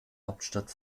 hauptstadt